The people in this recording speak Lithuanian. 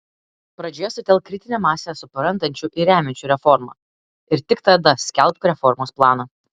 pradžioje sutelk kritinę masę suprantančių ir remiančių reformą ir tik tada skelbk reformos planą